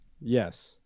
Yes